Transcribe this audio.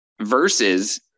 versus